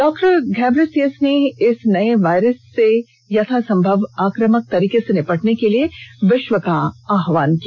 डॉ घेब्रियेसज ने इस नये वायरस से यथासंभव आक्रामक तरीके से निपटने के लिए विश्व का आह्वान किया